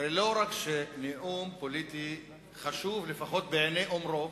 הרי לא רק שנאום פוליטי חשוב, לפחות בעיני אומרו,